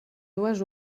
dues